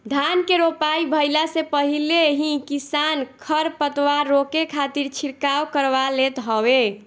धान के रोपाई भइला से पहिले ही किसान खरपतवार रोके खातिर छिड़काव करवा लेत हवे